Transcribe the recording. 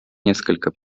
несколько